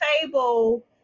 table